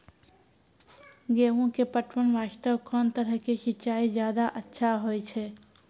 गेहूँ के पटवन वास्ते कोंन तरह के सिंचाई ज्यादा अच्छा होय छै?